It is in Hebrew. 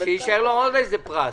שיישאר לו עוד איזה פרס.